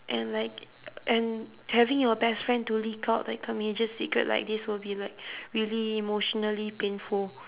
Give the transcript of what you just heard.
and like and having your best friend to leak out like a major secret like this will be like really emotionally painful